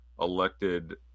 elected